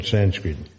Sanskrit